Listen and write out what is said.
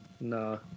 Nah